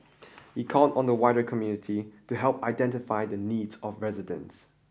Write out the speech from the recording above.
he called on the wider community to help identify the needs of residents